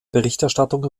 berichterstattung